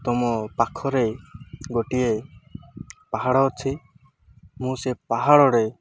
ତୁମ ପାଖରେ ଗୋଟିଏ ପାହାଡ଼ ଅଛି ମୁଁ ସେ ପାହାଡ଼ରେ